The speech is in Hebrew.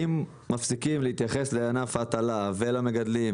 אם מפסיקים להתייחס לענף ההטלה ולמגדלים